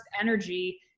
energy